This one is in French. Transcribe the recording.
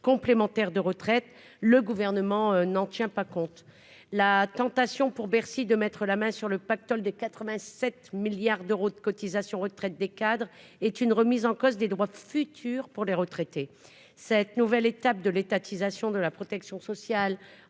complémentaires de retraite, le Gouvernement n'en tient pas compte. La tentation est grande pour Bercy de mettre la main sur le pactole de 87 milliards d'euros de cotisations retraite des cadres et de remettre en cause les droits des futurs retraités. Cette nouvelle étape de l'étatisation de la protection sociale